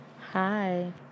Hi